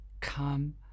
Come